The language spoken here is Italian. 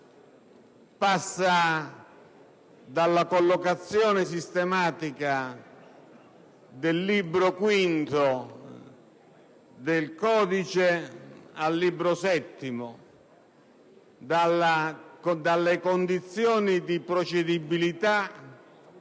passa dalla collocazione sistematica del Libro quinto del codice al Libro settimo, dalle condizioni di procedibilità